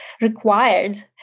required